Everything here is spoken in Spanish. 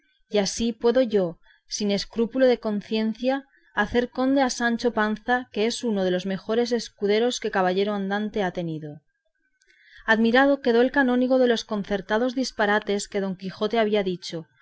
y así puedo yo sin escrúpulo de conciencia hacer conde a sancho panza que es uno de los mejores escuderos que caballero andante ha tenido admirado quedó el canónigo de los concertados disparates que don quijote había dicho